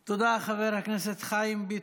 תודה, חבר הכנסת חיים ביטון.